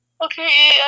Okay